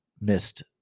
missed